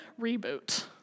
reboot